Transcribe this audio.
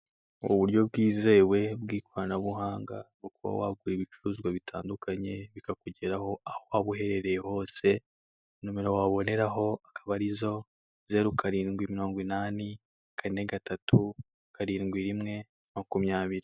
Uburyo bwizewe bw'ikoranabuhanga, bwo kuba wagura ibicuruzwa bitandukanye bikakugeraho aho waba uherereye hose, nomero wababoneraho akaba ari zo; zero, karindwi, mirongo inani, kane, gatatu, karindwi, rimwe, makumyabiri.